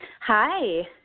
Hi